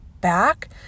back